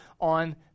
on